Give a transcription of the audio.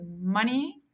money